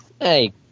hey